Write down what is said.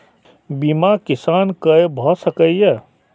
बीमा किसान कै भ सके ये?